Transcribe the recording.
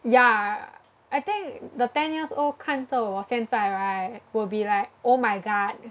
ya I think the ten years old 看着我现在 right will be like oh my god